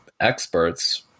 experts